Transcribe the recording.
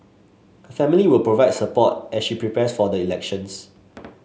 her family will provide support as she prepares for the elections